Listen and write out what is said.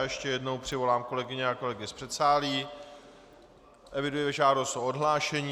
Ještě jednou přivolám kolegyně a kolegy z předsálí, eviduji žádost o odhlášení.